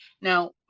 now